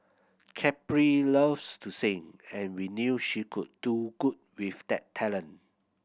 Capri loves to sing and we knew she could do good with that talent